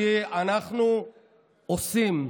כי אנחנו עושים,